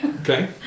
Okay